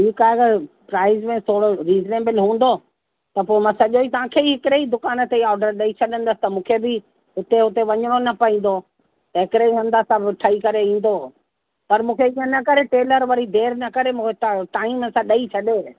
ठीकु आहे अगरि प्राइज़ में थोड़ो रीज़नेबल हूंदो त पोइ मां सॼो ई तव्हांखे ई हिकिड़े ई दुकान ते ऑर्डर ॾई छॾंदसि त मूंखे बि हिते हुते वञिणो न पवंदो त हिकिड़े ई हूंदा सभ ठही करे ईंदो पर मूंखे ईअं न करे टेलर वरी देरि न करे मूंखे ट टाइम सां ॾई छॾे